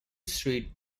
street